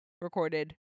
recorded